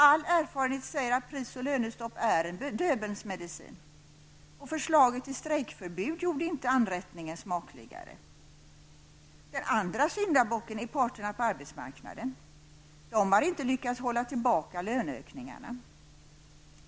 All erfarenhet säger att pris och lönestopp är en Döbelnsmedicin. Förslaget till strejkförbud gjorde inte anrättningen smakligare. Den andra syndabocken är parterna på arbetsmarknaden. De har inte lyckats hålla tillbaka löneökningarna.